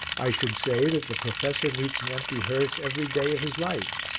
i should say that the professor meets an empty hearse every day of his life.